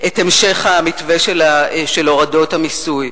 המשך המתווה של הורדות המיסוי?